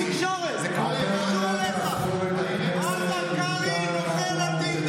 הצעת החוק שלך לא עלתה היום,